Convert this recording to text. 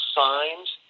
signed